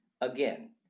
again